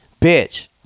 bitch